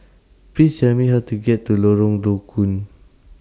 Please Tell Me How to get to Lorong Low Koon